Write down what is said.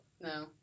No